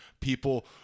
people